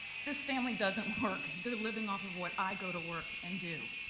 this family doesn't work, they're living off of what i go to work and do.